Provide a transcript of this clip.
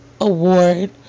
Award